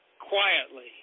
quietly